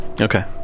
Okay